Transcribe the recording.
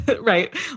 Right